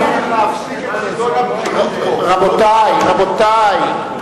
רבותי, רבותי.